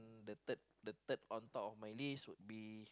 the third the third on top of my list would be